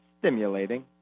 stimulating